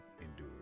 endured